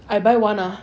I buy one lah